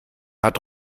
hat